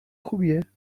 خوبیه